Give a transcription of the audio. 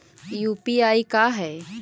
UPI का है?